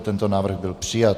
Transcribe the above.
Tento návrh byl přijat.